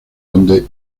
donde